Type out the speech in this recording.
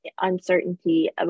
uncertainty